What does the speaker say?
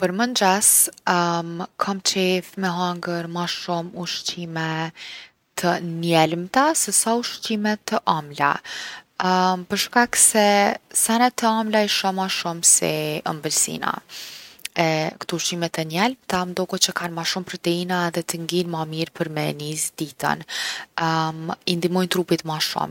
Për mëngjes kom qef me hangër ma shumë ushqime të njelmëta se sa ushqime të omla. për shkak se senet e omla i shoh ma shumë si ëmbëlsina e kto ushqimet e njelmta m’doket që kane ma shumë proteina edhe t’ngijnë ma mirë që me e nis ditën. I ndihmojnë trupit ma shumë.